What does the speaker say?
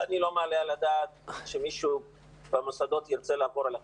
אני לא מעלה על הדעת שמישהו במוסדות ירצה לעבור על החוק.